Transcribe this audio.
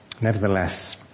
Nevertheless